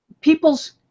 people's